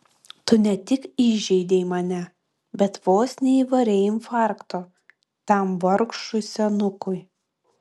tu ne tik įžeidei mane bet vos neįvarei infarkto tam vargšui senukui